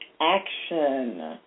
action